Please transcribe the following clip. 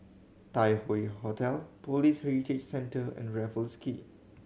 Tai Hoe Hotel Police Heritage Centre and Raffles Quay